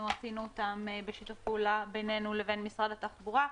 עשינו אותם בשיתוף פעולה בינינו לבין משרד התחבורה,